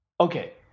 okay